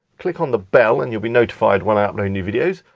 click on the bell and you'll be notified when i upload new videos,